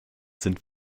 sind